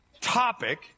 Topic